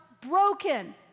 broken